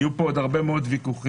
יהיו פה עוד הרבה מאוד ויכוחים,